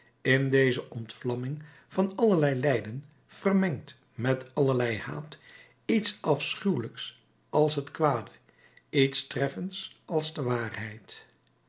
in deze ontvlamming van allerlei lijden vermengd met allerlei haat iets afschuwelijks als het kwade iets treffends als de waarheid